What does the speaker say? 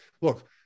Look